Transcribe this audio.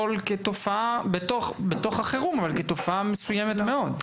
כתופעה בתוך החירום אבל כתופעה מסוימת מאוד?